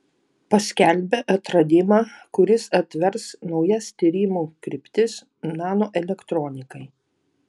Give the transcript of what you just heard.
paskelbė atradimą kuris atvers naujas tyrimų kryptis nanoelektronikai